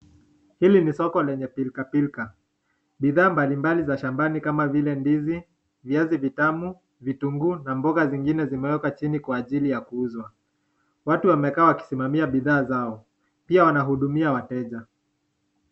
Hili ni soko lenye pilika pilika, bidhaa mbalimbali za shambani kama vile ; ndizi, viazi vitamu, vitunguu na mboga zengine zimewekwa chini kwa ajili ya kuuzwa. Watu wamekaa wakisimamia bidhaa zao, pia wanahudumia wateja.